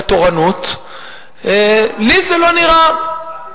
בתורנות לי זה לא נראה.